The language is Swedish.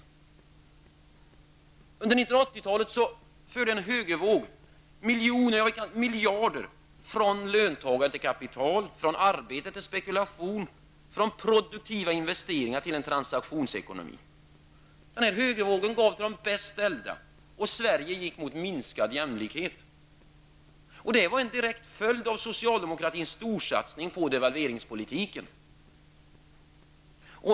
Under 1980-talet förde en högervåg miljoner, ja miljarder, från löntagare till kapital, från arbete till spekulation, från produktiva investeringar till en transaktionsekonomi. Högervågen gav till de bäst ställda, och Sverige gick mot en minskning av jämlikheten. Detta var en direkt följd av socialdemokratins storsatsning på devalveringspolitiken.